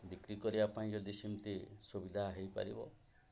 ବିକ୍ରି କରିବା ପାଇଁ ଯଦି ସେମିତି ସୁବିଧା ହେଇପାରିବ